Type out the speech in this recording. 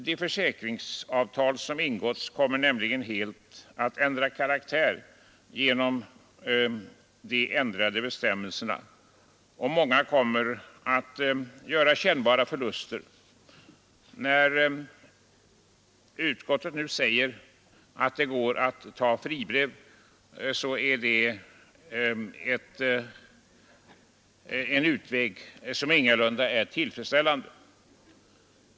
De försäkringsavtal som ingåtts kommer nämligen helt att ändra karaktär genom de ändrade bestämmelserna, och många kommer att göra kännbara förluster. Nu säger utskottet att det går att ta fribrev, men det är en utväg som ingalunda är tillfredsställande.